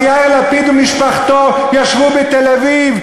אז יאיר לפיד ומשפחתו ישבו בתל-אביב,